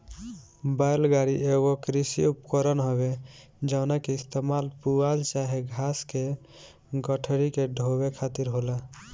बैल गाड़ी एगो कृषि उपकरण हवे जवना के इस्तेमाल पुआल चाहे घास के गठरी के ढोवे खातिर होला